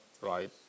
right